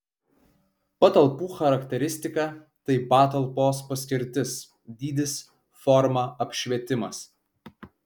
patalpų charakteristika tai patalpos paskirtis dydis forma apšvietimas